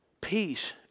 peace